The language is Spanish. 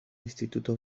instituto